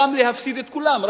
גם להפסיד את כולם.